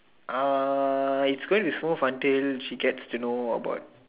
is going to be so frontier she's get to know about